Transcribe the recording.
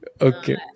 Okay